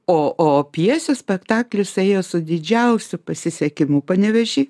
o o pjesių spektaklis ėjo su didžiausiu pasisekimu panevėžy